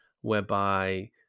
whereby